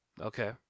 Okay